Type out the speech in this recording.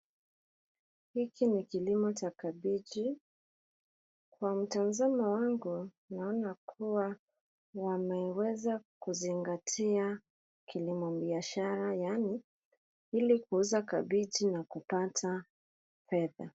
Hiki ni kilimo cha kabeji, kwa mtazamo wangu naona kuwa wameweza kuzingatia kilimo biashara yaani ili kuuza kabeji na kupata fedha.